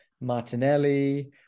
Martinelli